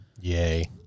Yay